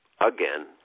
again